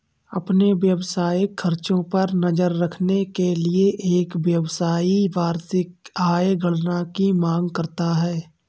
अपने व्यावसायिक खर्चों पर नज़र रखने के लिए, एक व्यवसायी वार्षिक आय गणना की मांग करता है